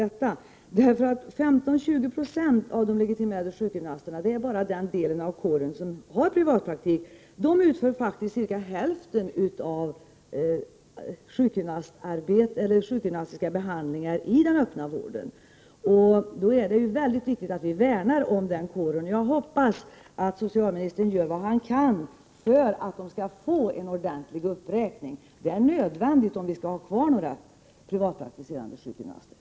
Det är endast 15-20 20 av de legitimerade sjukgymnasterna som har privatpraktik, och de utför ungefär hälften av sjukgymnastbehandlingarna i den öppna vården. Det är då mycket viktigt att vi värnar om den kåren. Jag hoppas att socialministern gör vad han kan för att de skall få en ordentlig uppräkning. Det är nödvändigt om vi skall ha kvar några privatpraktiserande sjukgymnaster.